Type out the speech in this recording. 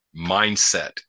mindset